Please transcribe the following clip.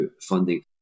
funding